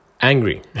angry